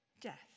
Death